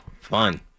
fun